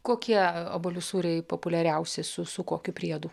kokie obuolių sūriai populiariausi su su kokiu priedu